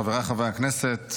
חבריי חברי הכנסת,